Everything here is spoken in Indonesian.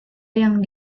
yang